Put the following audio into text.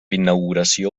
inauguració